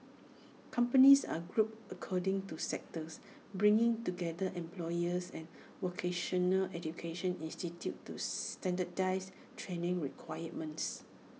companies are grouped according to sectors bringing together employers and vocational education institutes to standardise training requirements